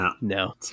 no